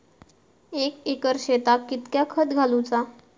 एक एकर शेताक कीतक्या खत घालूचा?